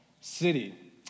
city